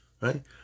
Right